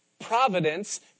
providence